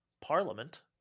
Parliament